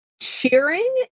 cheering